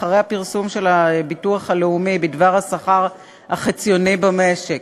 אחרי הפרסום של הביטוח הלאומי בדבר השכר החציוני במשק,